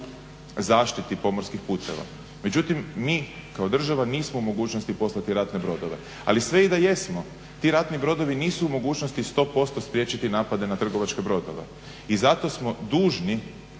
zaštiti pomorskih puteva, međutim mi kao država nismo u mogućnosti poslati ratne brodove. Ali sve i da jesmo ti ratni brodovi nisu u mogućnosti 100% spriječiti napade na trgovačke brodove. I zato smo dužni